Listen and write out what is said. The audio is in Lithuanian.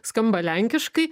skamba lenkiškai